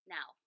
Now